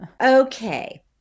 Okay